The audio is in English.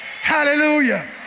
Hallelujah